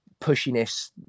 pushiness